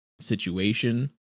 situation